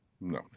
no